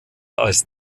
als